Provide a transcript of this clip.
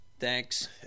Thanks